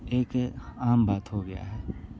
एक आम बात हो गई है